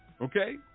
Okay